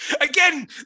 Again